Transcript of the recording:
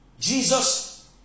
Jesus